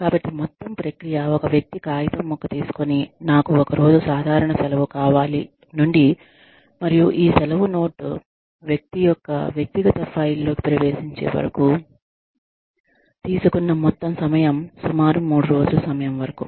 కాబట్టి మొత్తం ప్రక్రియ ఒక వ్యక్తి కాగితం ముక్క తీసుకొని నాకు ఒక రోజు సాధారణం సెలవు కావాలి నుండి మరియు ఈ సెలవు నోట్ వ్యక్తి యొక్క వ్యక్తిగత ఫైల్లోకి ప్రవేశించే వరకు తీసుకున్న మొత్తం సమయం సుమారు 3 రోజులు సమయం వరకు